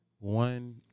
One